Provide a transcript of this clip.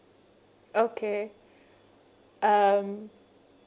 okay um